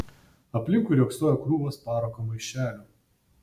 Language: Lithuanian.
aplinkui riogsojo krūvos parako maišelių